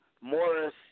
Morris